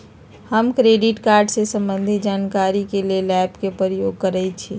हम credit card से संबंधित जानकारी के लेल एप के प्रयोग करइछि